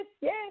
yes